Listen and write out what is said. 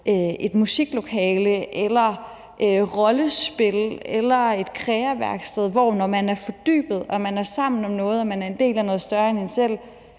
et musiklokale eller et kreaværksted eller arrangeret rollespil, og hvor man, når man er fordybet og er sammen om noget og er en del af noget større end en selv,